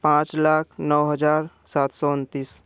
पाँच लाख नौ हज़ार सात सौ उनतीस